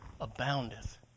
aboundeth